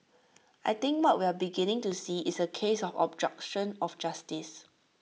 I think what we are beginning to see is A case of obstruction of justice